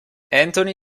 anthony